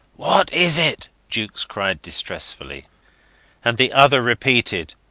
what is it? jukes cried distressfully and the other repeated,